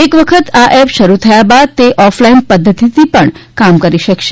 એક વખત આ એપ શરૂ કરાયા બાદ તે ઓફ લાઈન પદ્ધતિથી પણ કામ કરી શકે છે